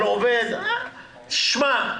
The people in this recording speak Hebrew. שמע,